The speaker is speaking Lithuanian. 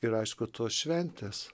ir aišku tos šventės